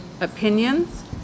opinions